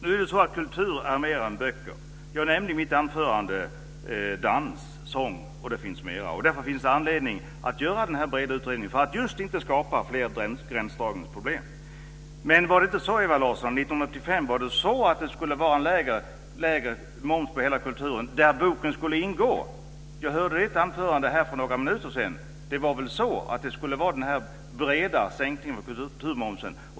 Fru talman! Kultur är mer än böcker. Jag nämnde i mitt anförande dans och sång, och det finns mer. Därför finns det anledning att göra den här breda utredningen, just för att inte skapa fler gränsdragningsproblem. Var det inte så 1995, Ewa Larsson, att det skulle vara lägre moms på hela kulturen, där boken skulle ingå? Jag hörde det i ett anförande här för några minuter sedan. Det var väl så att det skulle vara den breda sänkningen av kulturmomsen.